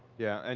yeah, and